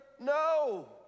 No